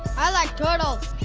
i like turtles.